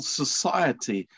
society